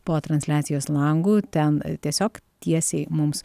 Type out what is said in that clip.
po transliacijos langu ten tiesiog tiesiai mums